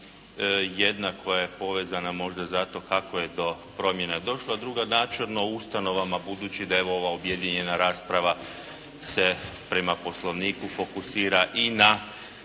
jedna koja je povezana možda zato kako je do promjene došlo a druga načelno o ustanovama budući da je evo ova objedinjena rasprava se prema Poslovniku fokusira i na